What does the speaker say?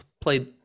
played